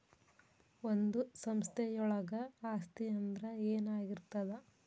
ಒಂದು ಸಂಸ್ಥೆಯೊಳಗ ಆಸ್ತಿ ಅಂದ್ರ ಏನಾಗಿರ್ತದ?